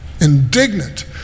Indignant